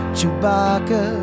Chewbacca